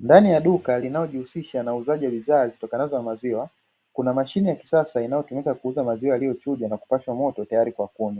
Ndani ya duka linalo jishughulisha na uuzaji wa maziwa kuna Mashine ya kisasa inayotumika kuuza maziwa yaliyochuja na kupashwa moto tayari kwa kuwa